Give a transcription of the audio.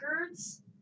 Records